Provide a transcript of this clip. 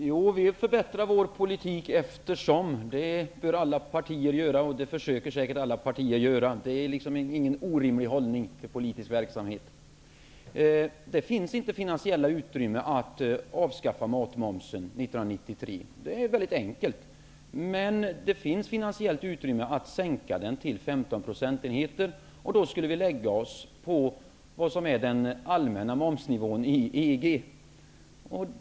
Herr talman! Vi förbättrar vår politik allt eftersom. Det bör alla partier göra, och det försöker säkert alla partier att göra. Det är ingen orimlig hållning till politisk verksamhet. Det finns inte något finansiellt utrymme att avskaffa matmomsen 1993. Det är enkelt. Men det finns finansiellt utrymme att sänka den till 15 procentenheter. Då skulle Sverige lägga sig på den allmänna momsnivån i EG.